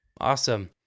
awesome